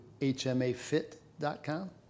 hmafit.com